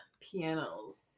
pianos